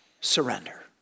surrender